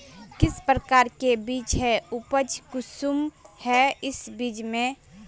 किस प्रकार के बीज है उपज कुंसम है इस बीज में?